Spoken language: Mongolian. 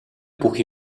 бүх